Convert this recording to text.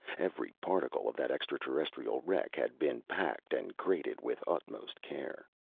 every particle of that extraterrestrial wreck had been packed and crated with utmost care.